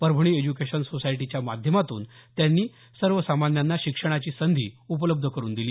Parbhani education सोसायटीच्या माध्यमातून त्यांनी सर्वसामान्यांना शिक्षणाची संधी उपलब्ध करून दिली